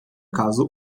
caso